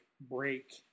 break